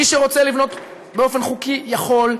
מי שרוצה לבנות באופן חוקי, יכול,